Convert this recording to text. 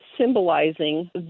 symbolizing